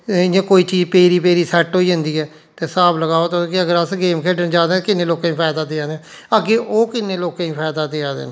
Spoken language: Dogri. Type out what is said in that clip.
इ'यां कोई चीज पेदी पेदी सेट होई जंदी ऐ ते स्हाब लगाओ तुस कि अगर अस गेम खेढन जाह्गे ते किन्ने लोके गी फायदा देआ दा ऐ अग्गें ओह् किन्ने लोकें गी फायदा देआ दे न